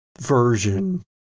version